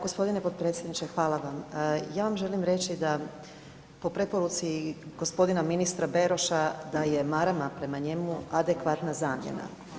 Gospodine potpredsjedniče hvala vam, ja vam želim reći da po preporuci gospodina ministra Beroša da je marama prema njemu adekvatna zamjena.